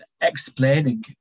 explaining